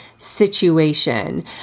situation